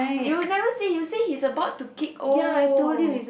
you never say you say he's about to kick oh